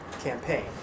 campaign